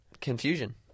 Confusion